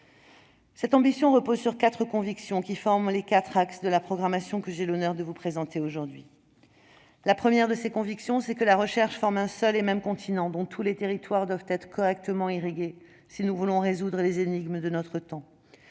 Cette ambition repose sur quatre convictions, qui forment les quatre axes de la programmation que j'ai l'honneur de vous présenter aujourd'hui. La première de ces convictions, c'est que la recherche forme un seul et même continent, dont tous les territoires doivent être correctement irrigués si nous voulons résoudre les énigmes de notre temps.